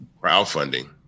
crowdfunding